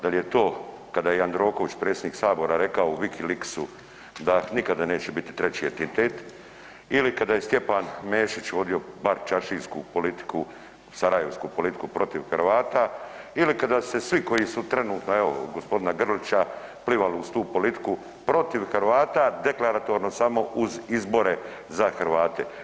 Da li je to kada je Jandroković, predsjednik sabora rekao u Wikileaksu da nikada neće biti treći entitet ili kada je Stjepan Mesić vodio barčaršijsku politiku, sarajevsku politiku protiv Hrvata ili kada su se svi koji su trenutno evo gospodina Grlića plivali uz tu politiku protiv Hrvata deklaratorno samo uz izbore za Hrvate?